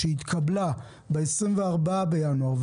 שהתקבלה ב-24 בינואר,